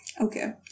okay